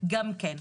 גם כן,